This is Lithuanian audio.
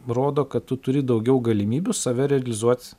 rodo kad tu turi daugiau galimybių save realizuot